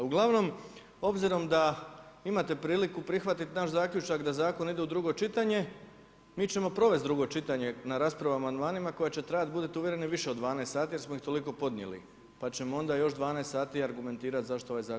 Uglavnom, obzirom da imate priliku prihvatit naš zaključak da zakon ide u drugo čitanje, mi ćemo provest drugo čitanje na raspravama amandmanima koja će trajat, budite uvjereni, više od 12 sati, jer smo ih toliko podnijeli, pa ćemo onda još 12 sati argumentirat zašto ovaj zakon nije dobar.